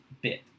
bit